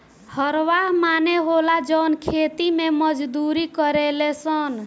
हरवाह माने होला जवन खेती मे मजदूरी करेले सन